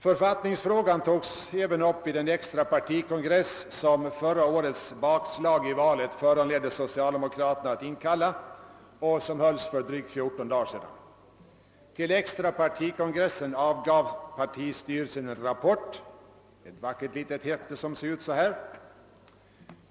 Författningsfrågan togs även upp vid den extra partikongress, som förra årets bakslag i valet föranledde socialdemokraterna att inkalla och som hölls för drygt fjorton dagar sedan. Till den extra partikongressen avgav partistyrelsen en rapport, ett vackert litet häfte.